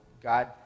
God